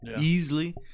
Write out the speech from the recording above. easily